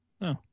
No